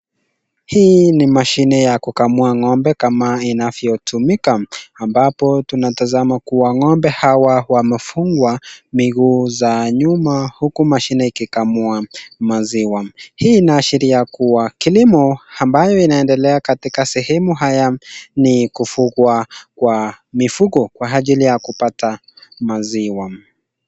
Hii ni mashine ya kukamua ng'ombe kama inavyotumika ambapo tunatazama kuwa ng'ombe hawa wamefungwa miguu za nyuma huku mashine ikikamua maziwa. Hii inaashiria kuwa kilimo ambayo inaendelea katika sehemu haya ni kufugwa kwa mifugo kwa ajili ya kupata maziwa.